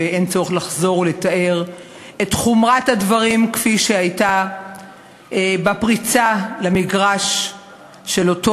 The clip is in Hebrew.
ואין צורך לחזור ולתאר את חומרת הדברים כפי שהייתה בפריצה למגרש של אותו